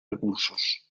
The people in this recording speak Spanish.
recursos